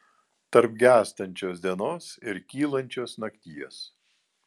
tarp gęstančios dienos ir kylančios nakties